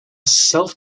self